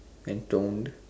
and toned